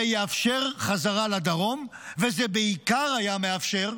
זה יאפשר חזרה לדרום, וזה בעיקר היה מאפשר,